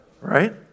right